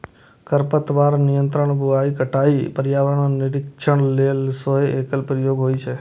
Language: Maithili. खरपतवार नियंत्रण, बुआइ, कटाइ, पर्यावरण निरीक्षण लेल सेहो एकर प्रयोग होइ छै